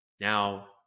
Now